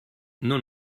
non